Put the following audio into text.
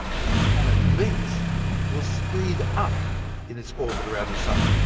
but the planet venus will speed up in its orbit around the sun.